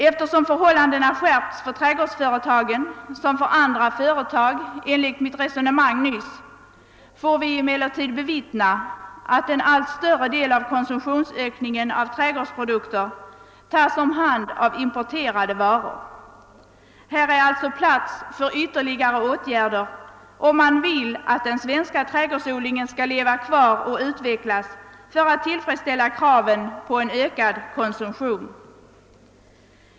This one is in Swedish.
Eftersom förhållandena skärpts för trädgårdsföretagen liksom för andra företag får vi emellertid bevittna att en allt större del av konsumtionsökningen när det gäller trädgårdsprodukter tas om hand av importerade varor. Man måste alltså vidta ytterligare åtgärder, om man, för att tillfredsställa kraven på en ökad konsumtion, vill att den svenska trädgårdsodlingen skall leva kvar och utvecklas.